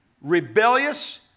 rebellious